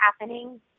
happening